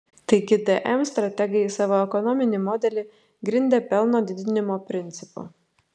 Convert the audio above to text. taigi dm strategai savo ekonominį modelį grindė pelno didinimo principu